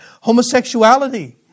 homosexuality